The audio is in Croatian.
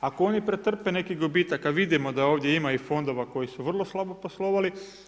Ako oni pretrpe neki gubitak a vidimo da ovdje ima i fondova koji su vrlo slabo poslovali.